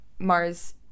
mars